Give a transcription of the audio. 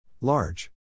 Large